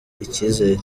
icyizere